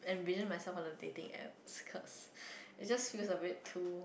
envision myself on a dating app it's cause it just feel a bit too